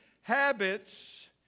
habits